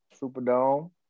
Superdome